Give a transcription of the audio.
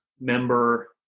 member